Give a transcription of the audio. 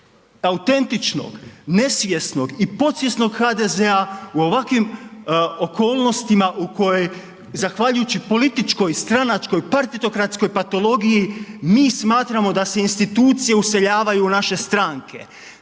autentičnog, nesvjesnog i podsvjesnog HDZ, u ovakvim okolnostima u kojoj zahvaljujući političkoj, stranačkoj, partitokratskoj patologiji mi smatramo da se institucije useljavaju u naše stranke,